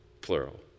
plural